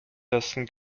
dessen